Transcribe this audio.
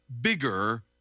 bigger